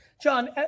John